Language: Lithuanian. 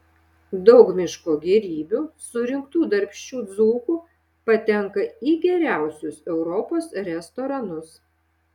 daug miško gėrybių surinktų darbščių dzūkų patenka į geriausius europos restoranus